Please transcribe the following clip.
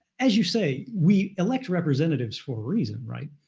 as you say, we elect representatives for a reason, right?